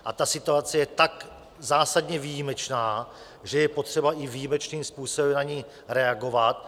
A ta situace je tak zásadně výjimečná, že je potřeba na ni i výjimečným způsobem reagovat.